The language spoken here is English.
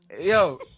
Yo